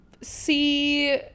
see